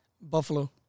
Buffalo